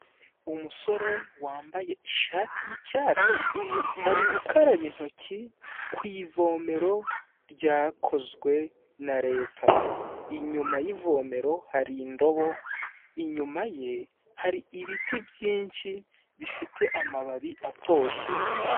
Umusore wambaye ishati y'icyatsi ari gukaraba intoki ku ivomero ryakozwe na Leta, inyuma yivomero hari indobo, inyuma ye hari ibiti byinshi bifite amababi atoshye.